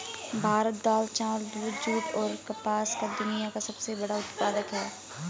भारत दाल, चावल, दूध, जूट, और कपास का दुनिया का सबसे बड़ा उत्पादक है